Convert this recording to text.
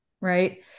right